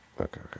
okay